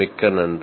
மிக்க நன்றி